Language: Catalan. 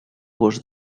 gust